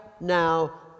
now